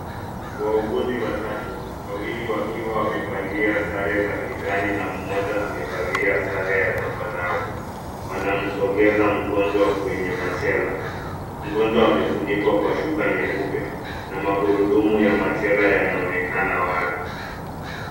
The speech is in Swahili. Wauguzi watatu, wawili wakiwa wamevalia sare za kijani na mmoja amevalia sare ya zambarau. Wanamsogeza mgonjwa kwenye machela. Mgonjwa amefunikwa kwa shuka nyeupe na magurudumu ya machela yanaonekana wazi.